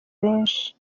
benshi